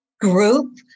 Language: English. group